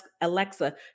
alexa